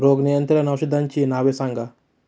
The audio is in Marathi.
रोग नियंत्रण औषधांची नावे सांगा?